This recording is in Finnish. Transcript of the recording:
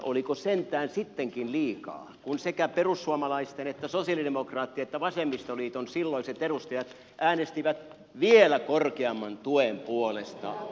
oliko teidänkin mielestänne sentään sittenkin liikaa kun sekä perussuomalaisten että sosialidemokraattien että vasemmistoliiton silloiset edustajat äänestivät vielä korkeamman tuen puolesta tuulivoimalle